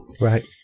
Right